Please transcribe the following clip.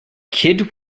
kidd